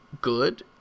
good